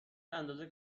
اندازه